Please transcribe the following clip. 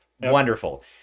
wonderful